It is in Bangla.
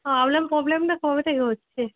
আপনার প্রবলেমটা কবে থেকে হচ্ছে